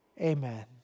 amen